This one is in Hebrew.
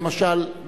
למשל,